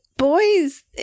boys